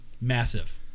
massive